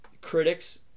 critics